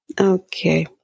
Okay